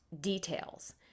details